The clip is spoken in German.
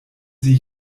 sie